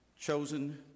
Chosen